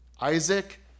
Isaac